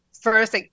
first